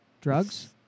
Drugs